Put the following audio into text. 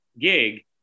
gig